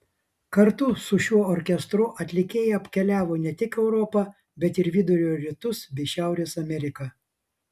kartu su šiuo orkestru atlikėja apkeliavo ne tik europą bet ir vidurio rytus bei šiaurės ameriką